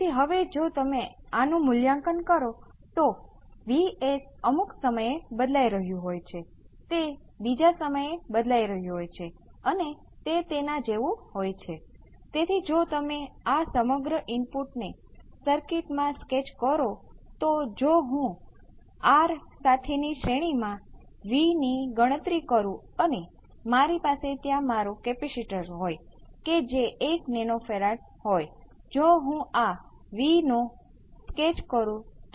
તેથી આપણે જાણીએ છીએ કે આ V0 આ બહાર આવે છે જે આપણે ઉકેલીને આપણને આ સમીકરણ Vc of 0 V p 1 SCR મળશે જ્યાં આ કેપેસિટર પરના પ્રારંભિક વોલ્ટેજ છે